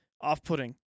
off-putting